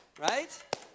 right